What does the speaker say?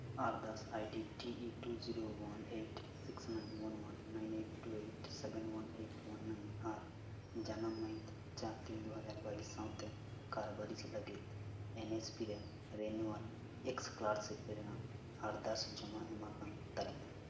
ᱟᱨᱫᱟᱥ ID T E two zero one eight six nine one one nine eight two eight seven one eight one nine ᱟᱨ ᱡᱟᱱᱟᱢ ᱢᱟᱦᱤᱛ ᱪᱟᱨ ᱛᱤᱱ ᱫᱩ ᱦᱟᱡᱟᱨ ᱵᱟᱭᱤᱥ ᱥᱟᱶᱛᱟᱮ ᱠᱟᱨᱵᱟᱨᱤᱡᱽ ᱞᱟᱜᱤᱫ ᱮᱱ ᱮᱥ ᱯᱤ ᱨᱮ ᱨᱮᱱᱩᱣᱟᱞ ᱮᱠᱥ ᱠᱚᱞᱟᱨᱥᱤᱯ ᱨᱮᱱᱟᱜ ᱟᱨᱫᱟᱥ ᱡᱚᱢᱟ ᱮᱢᱟᱠᱟᱱ ᱛᱟᱞᱤᱠᱟ